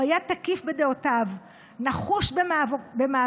הוא היה תקיף בדעותיו, נחוש במאבקיו